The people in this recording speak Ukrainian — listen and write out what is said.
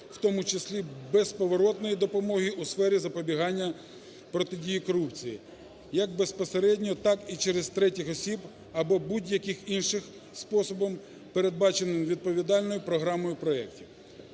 в тому числі безповоротної, допомоги у сфері запобігання, протидії корупції як безпосередньо, так і через третіх осіб або будь-яким іншим способом, передбаченим відповідальною програмою (проектом).